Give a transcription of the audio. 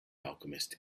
alchemist